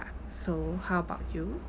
so how about you